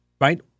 right